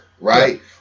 right